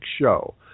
show